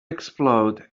explode